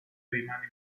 rimane